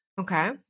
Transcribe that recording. Okay